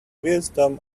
wisdom